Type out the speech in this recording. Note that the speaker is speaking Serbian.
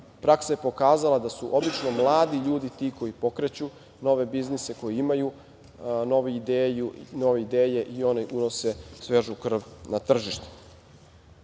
Praksa je pokazala da su obično mladi ljudi ti koji pokreću nove biznise, koji imaju nove ideje i oni unose svežu krv na tržište. Na